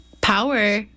power